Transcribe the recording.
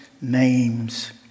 names